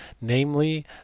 namely